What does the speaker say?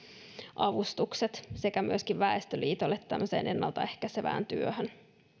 avustukset sekä myöskin väestöliitolle ennaltaehkäisevään työhön